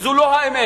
וזו לא האמת.